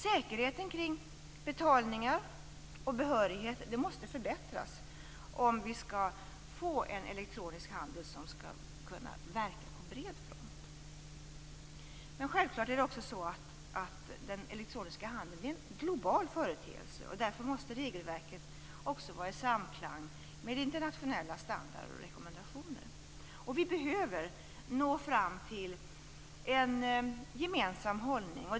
Säkerheten kring betalningar och behörighet måste förbättras om vi skall få en elektronisk handel som kan verka på bred front. Självklart är den elektroniska handeln en global företeelse. Därför måste regelverket också vara i samklang med internationella standarder och rekommendationer. Vi behöver nå fram till en gemensam hållning.